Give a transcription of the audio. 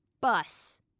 bus